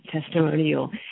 testimonial